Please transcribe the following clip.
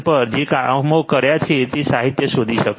પર જે કામો કર્યા છે તે સાહિત્ય શોધી શકશો